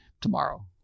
tomorrow